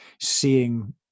seeing